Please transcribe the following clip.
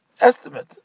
estimate